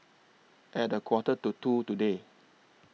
At A Quarter to two today